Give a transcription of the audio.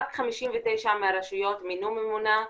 רק 59 מהרשויות מינו ממונה,